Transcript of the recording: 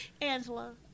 angela